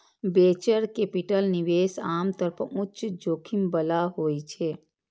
venture capital निवेश आम तौर पर उच्च जोखिम बला होइ छै